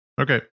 Okay